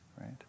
right